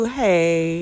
hey